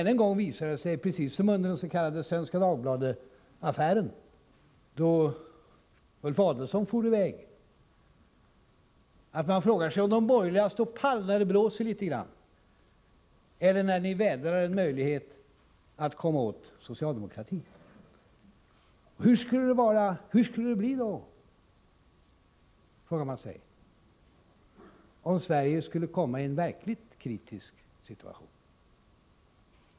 Än en gång - precis som under den s.k. Svenska Dagbladet-affären, då Ulf Adelsohn for ut — frågar man sig om de borgerliga står pall när det blåser litet grand eller när de vädrar en möjlighet att komma åt socialdemokratin. Hur skulle det bli, frågar man sig, om Sverige skulle komma i en verkligt kritisk situation?